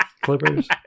clippers